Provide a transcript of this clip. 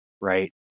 Right